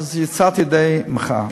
אז יצאתי ידי מחאה.